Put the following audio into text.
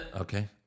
Okay